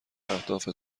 اهداف